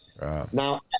Now